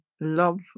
love